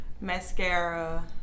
mascara